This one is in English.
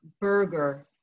burger